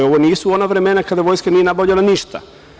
Ovo nisu ona vremena kada vojska nije nabavljala ništa.